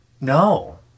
No